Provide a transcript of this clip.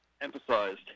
emphasized